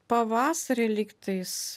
pavasarį lygtais